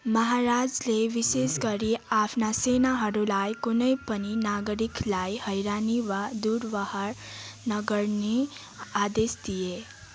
महाराजले विशेष गरी आफ्ना सेनाहरूलाई कुनै पनि नागरिकलाई हैरानी वा दुर्व्यवहार नगर्ने आदेश दिए